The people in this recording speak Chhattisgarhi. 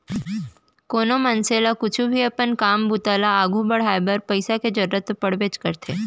कोनो मनसे ल कुछु भी अपन काम बूता ल आघू बढ़ाय बर पइसा के जरूरत तो पड़बेच करथे